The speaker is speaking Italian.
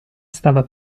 stava